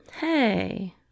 Hey